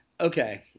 Okay